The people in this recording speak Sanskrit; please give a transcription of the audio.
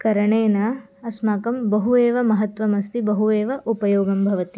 करणेन अस्माकं बहु एव महत्त्वम् अस्ति बहु एव उपयोगं भवति